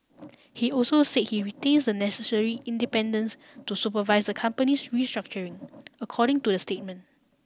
he also say he retains the necessary independence to supervise the company's restructuring according to the statement